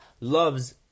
loves